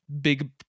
big